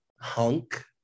hunk